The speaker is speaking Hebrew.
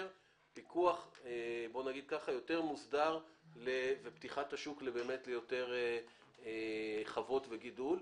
פיקוח יותר מוסדר ופתיחת השוק ליותר חוות גידול.